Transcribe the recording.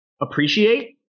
appreciate